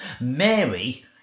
Mary